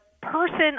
person